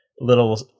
little